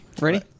Ready